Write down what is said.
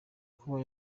kuba